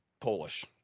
Polish